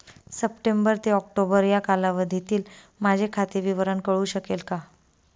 September ते October या कालावधीतील माझे खाते विवरण कळू शकेल का?